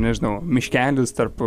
nežinau miškelis tarp